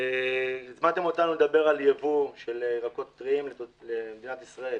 הזמנתם אותנו לדבר על ייבוא של ירקות טריים למדינת ישראל.